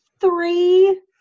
three